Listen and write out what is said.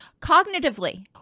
Cognitively